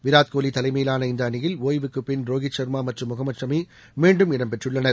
விராட் கோலி தலைமையிலான இந்த அணியில் ஒய்வுக்குப்பின் ரோஹித் ஷர்மா மற்றும் முகமது ஷமி மீண்டும் இடம் பெற்றுள்ளனர்